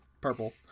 Purple